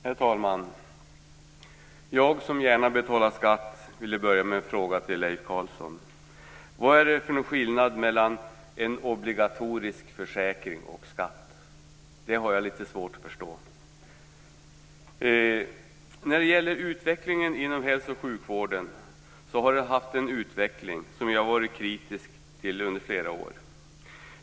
Herr talman! Jag som gärna betalar skatt vill börja med en fråga till Leif Carlson: Vad är skillnaden mellan en obligatorisk försäkring och en skatt? Det har jag litet svårt att förstå. Jag har sedan flera år tillbaka varit kritisk till utvecklingen inom hälso och sjukvården.